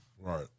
Right